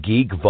Geek